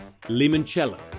limoncello